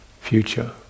future